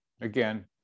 Again